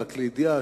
רק לידיעה,